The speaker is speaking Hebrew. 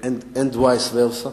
and vice versa.